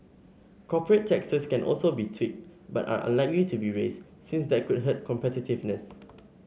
corporate taxes can also be tweaked but are unlikely to be raised since that could hurt competitiveness